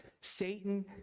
Satan